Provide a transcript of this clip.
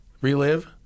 Relive